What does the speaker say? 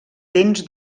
dents